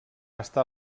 estar